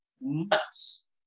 nuts